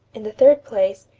in the third place,